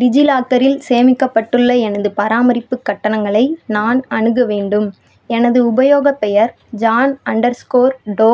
டிஜிலாக்கரில் சேமிக்கப்பட்டுள்ள எனது பராமரிப்பு கட்டணங்களை நான் அணுக வேண்டும் எனது உபயோகப் பெயர் ஜான் அண்டர்ஸ்கோர் டோ